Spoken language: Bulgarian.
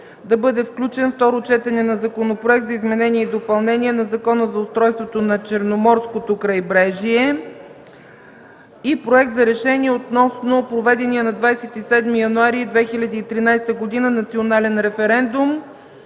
да бъде включено второто четене на Законопроекта за изменение и допълнение на Закона за устройството на Черноморското крайбрежие и Проект за решение относно проведения на 27 януари 2013 г. национален референдум,